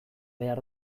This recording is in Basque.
behar